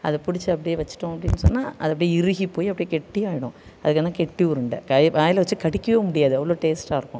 அது பிடிச்சி அப்டி வச்சுட்டோம் அப்படின்னு சொன்னால் அது அப்டி இறுகி போய் அப்டி கெட்டியாகிடும் அதுக்கு ஆனால் கெட்டி உருண்டை கை வாயில் வச்சு கடிக்கவே முடியாது அவ்வளோ டேஸ்ட்டாக இருக்கும்